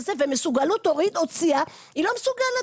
ומסוגלות הורית הוציאה שהיא לא מסוגלת,